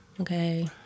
okay